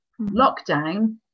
Lockdown